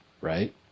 right